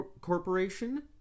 corporation